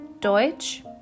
Deutsch